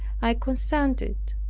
i consented.